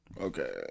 Okay